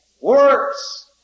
Works